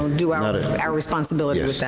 do our our responsibility with that.